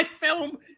film